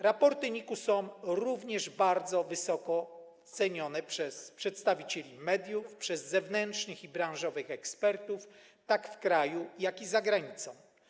Raporty NIK-u są również bardzo wysoko cenione przez przedstawicieli mediów, przez zewnętrznych i branżowych ekspertów tak w kraju, jak i za granicą.